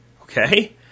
Okay